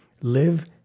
Live